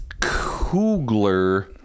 Kugler